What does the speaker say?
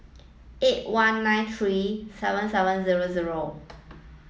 eight one nine three seven seven zero zero